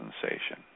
sensation